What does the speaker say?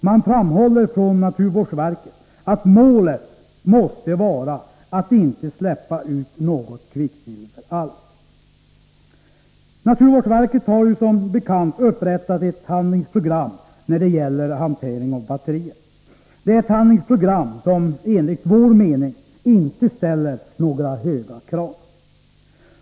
Man framhåller från naturvårdsverket att målet måste vara att inte släppa ut något kvicksilver alls. Naturvårdsverket har ju som bekant upprättat ett handlingsprogram när det gäller hantering av batterier. Det är ett handlingsprogram som, enligt vår mening, inte ställer några höga krav.